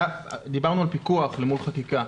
דיברנו על פיקוח אל מול חקיקה,